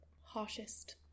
harshest